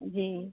जी